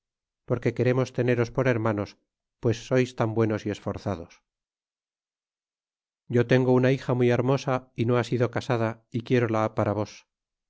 porque queremos teneros por hermanos pues sois tan buenos y esforzados yo tengo una hija muy hermosa é no ha sido casada é quiérola para vos